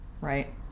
Right